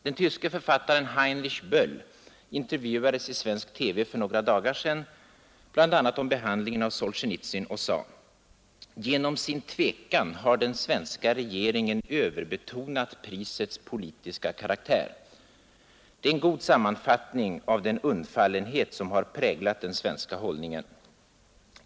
Den tyske författaren Heinrich Böll intervjuades i svensk TV för några dagar sedan om bl.a. behandlingen av Solsjenitsyn och sade: ”Genom sin tvekan har den svenska regeringen överbetonat prisets politiska karaktär.” Det är en god sammanfattning av den undfallenhet som präglat den svenska hållningen.